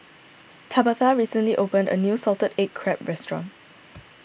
Tabatha recently opened a new Salted Egg Crab restaurant